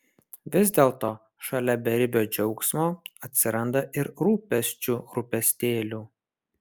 vis dėlto šalia beribio džiaugsmo atsiranda ir rūpesčių rūpestėlių